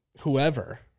whoever